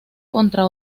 contra